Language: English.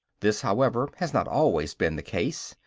this, however, has not always been the case,